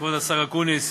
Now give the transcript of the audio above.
כבוד השר אקוניס